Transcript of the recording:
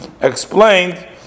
explained